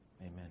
Amen